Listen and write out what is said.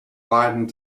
widened